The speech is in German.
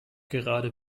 gerade